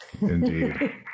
indeed